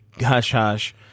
hush-hush